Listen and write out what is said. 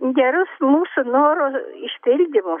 gerus mūsų norų išpildymus